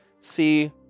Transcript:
see